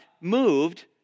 moved